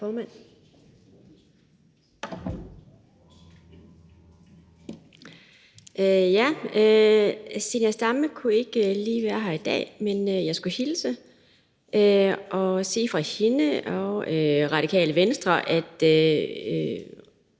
Zenia Stampe kunne ikke lige være her i dag, men jeg skulle hilse og sige fra hende og på vegne af